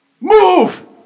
move